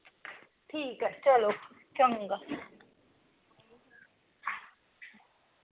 ठीक ऐ चलो चंगा